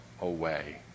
away